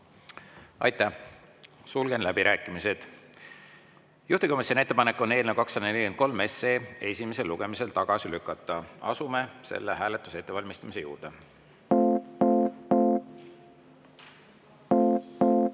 Aitäh! Sulgen läbirääkimised. Juhtivkomisjoni ettepanek on eelnõu 243 esimesel lugemisel tagasi lükata. Asume selle hääletuse ettevalmistamise juurde. Head